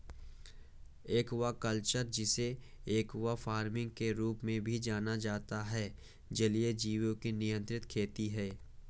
aquaculture, जिसे aqua farming के रूप में भी जाना जाता है, जलीय जीवों की नियंत्रित खेती है